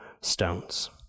stones